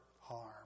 harm